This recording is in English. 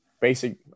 basic